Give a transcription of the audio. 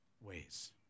ways